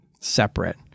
separate